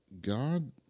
God